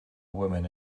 woman